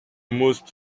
most